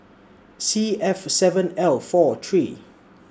C F seven L four three